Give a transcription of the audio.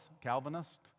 Calvinist